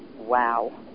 wow